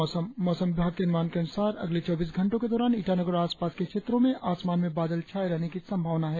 और अब मौसम मौसम विभाग के अनुमान के अनुसार अगले चौबीस घंटो के दौरान ईटानगर और आसपास के क्षेत्रो में आसमान में बादल छाये रहने की संभावना है